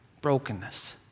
brokenness